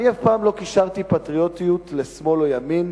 אני אף פעם לא קישרתי פטריוטיות לשמאל או ימין.